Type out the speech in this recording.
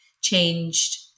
changed